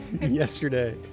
Yesterday